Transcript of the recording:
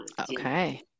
Okay